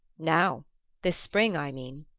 now this spring, i mean.